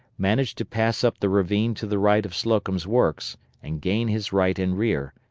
managed to pass up the ravine to the right of slocum's works and gain his right and rear,